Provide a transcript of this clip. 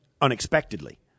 unexpectedly